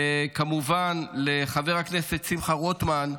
וכמובן לחבר הכנסת שמחה רוטמן,